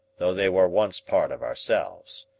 though they were once part of ourselves.